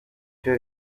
cyo